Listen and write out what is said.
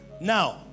Now